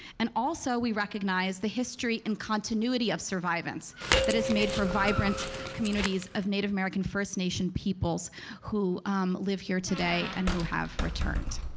and also we recognize the history and continuity of survivance that has made for vibrant communities of native american first nation peoples who live here today and who have returned.